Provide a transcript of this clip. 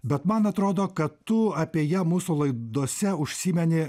bet man atrodo kad tu apie ją mūsų laidose užsimeni